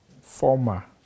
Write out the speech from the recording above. Former